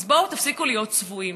אז בואו, תפסיקו להיות צבועים.